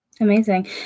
amazing